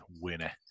winner